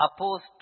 opposed